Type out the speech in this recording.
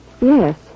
Yes